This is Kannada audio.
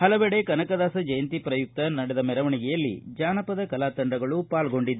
ಹಲವೆಡೆ ಕನಕದಾಸ ಜಯಂತಿ ಪ್ರಯುಕ್ತ ನಡೆದ ಮೆರವಣಿಗೆಯಲ್ಲಿ ಜನಪದ ಕಲಾ ತಂಡಗಳು ಪಾಲ್ಗೊಂಡಿದ್ದವು